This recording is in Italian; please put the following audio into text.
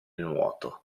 nuoto